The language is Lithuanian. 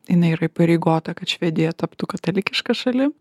jinai yra įpareigota kad švedija taptų katalikiška šalim